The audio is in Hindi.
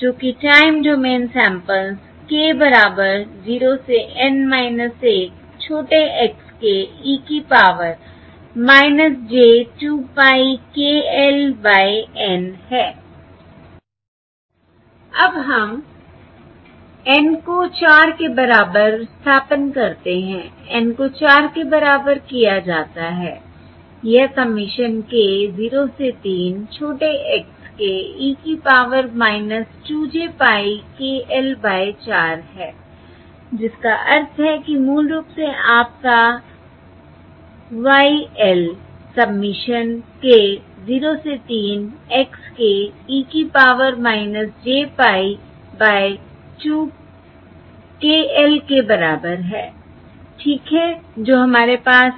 जो कि टाइम डोमेन सैंपल्स k बराबर 0 से N 1 छोटे x k e की power j 2 pie k l by N है I अब हम N को 4 के बराबर स्थानापन्न करते हैं N को 4 के बराबर किया जाता है यह सबमिशन k 0 से 3 छोटे x k e की power - 2 j pie k l by 4 है I जिसका अर्थ है कि मूल रूप से आपका Y l सबमिशन k 0 से 3 x k e की power j pie by 2 k l के बराबर है ठीक है जो हमारे पास है